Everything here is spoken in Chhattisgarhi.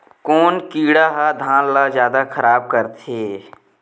कोन कीड़ा ह धान ल जादा खराब करथे?